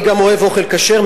אני גם אוהב אוכל כשר,